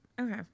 Okay